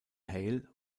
hale